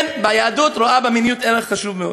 כן, היהדות רואה במיניות ערך חשוב מאוד.